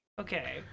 Okay